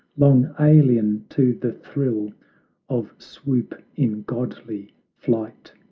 long alien to the thrill of swoop in godly flight.